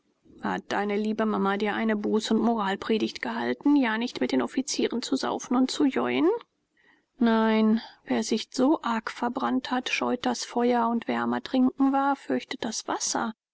deine liebe mama dir eine buß und moralpredigt gehalten ja nicht mit den offizieren zu saufen und zu jeuen nein wer sich so arg verbrannt hat scheut das feuer und wer am ertrinken war fürchtet das wasser